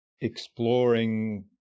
Exploring